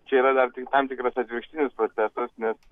čia yra dar tik tam tikras atvirkštinis procesas nes